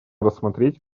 рассмотреть